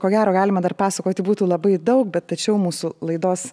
ko gero galima dar pasakoti būtų labai daug bet tačiau mūsų laidos